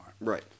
Right